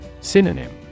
Synonym